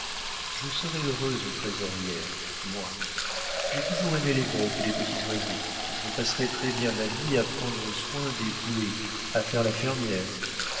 je serai heureuse aux trésorières moi j'ai toujours aimé les bêtes et les petits oiseaux je passerai très-bien ma vie à prendre soin des poulets à faire la fermière